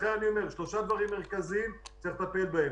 לכן אני אומר: שלושה דברים מרכזיים שהוועדה צריכה לטפל בהם.